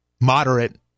moderate